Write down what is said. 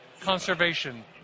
conservation